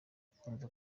akunze